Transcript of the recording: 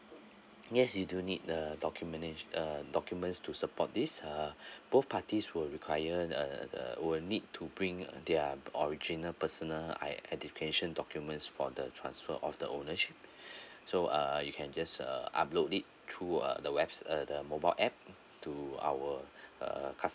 yes you do need the docu~ manage~ uh documents to support this uh both parties were require uh uh will need to bring their original personal I identification documents for the transfer of the ownership so uh you can just uh upload it throug uh the webs uh through the mobile app to our uh cus~